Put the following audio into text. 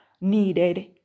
needed